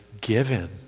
given